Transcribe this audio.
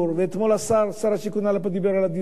אתמול שר השיכון עלה ודיבר על הדיור,